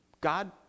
God